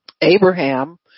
Abraham